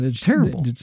Terrible